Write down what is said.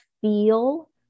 feel